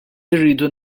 irridu